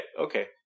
Okay